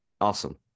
Awesome